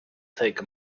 take